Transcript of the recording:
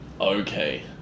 Okay